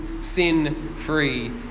sin-free